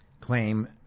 claim